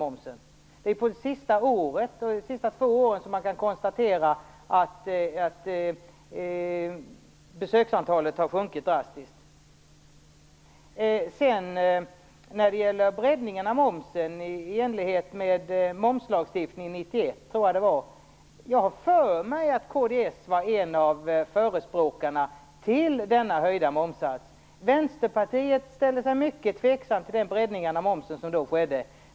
Man har kunnat konstatera att besöksantalet under de två senaste åren har sjunkit drastiskt. När det gäller breddningen av momsen i enlighet med momslagstiftningen 1991 har jag för mig att kristdemokraterna var en av förespråkarna för den höjda momssatsen. Vänsterpartiet ställde sig mycket tveksamt till den breddning av momsen som då genomfördes.